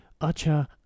Acha